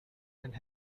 and